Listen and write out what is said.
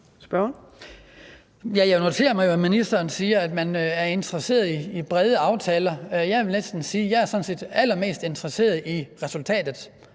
Jeg noterer mig jo, at ministeren siger, at man er interesseret i brede aftaler. Jeg vil næsten sige, at jeg sådan set er allermest interesseret i resultatet.